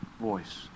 voice